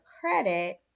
credit